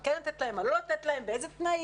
מה כן לתת להם ומה לא לתת להם ובאילו תנאים.